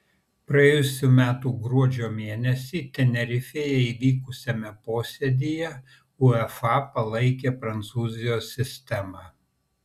praėjusių metų gruodžio mėnesį tenerifėje įvykusiame posėdyje uefa palaikė prancūzijos sistemą